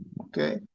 okay